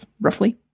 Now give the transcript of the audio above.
roughly